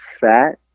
fat